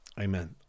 amen